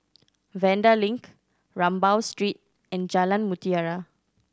Vanda Link Rambau Street and Jalan Mutiara